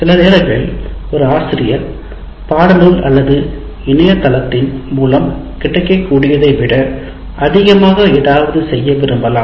சில நேரங்களில் ஒரு ஆசிரியர் பாடநூல் அல்லது இணைய தளத்தின் மூலம் கிடைக்கக்கூடியதை விட அதிகமாக ஏதாவது செய்ய விரும்பலாம்